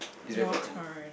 it's very funny